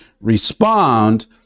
respond